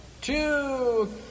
Two